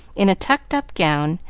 in a tucked-up gown,